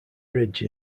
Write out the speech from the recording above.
ridge